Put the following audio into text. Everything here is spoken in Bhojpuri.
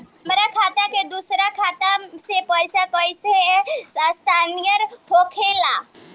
हमार खाता में दूसर खाता से पइसा कइसे स्थानांतरित होखे ला?